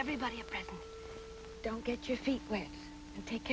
everybody don't get your feet wet and take